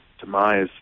demise